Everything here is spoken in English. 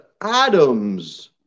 Adam's